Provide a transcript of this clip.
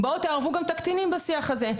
בואו, תערבו גם את הקטינים בשיח הזה.